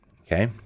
okay